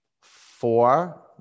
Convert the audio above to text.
Four